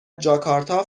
جاکارتا